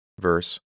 verse